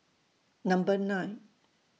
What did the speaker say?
Number nine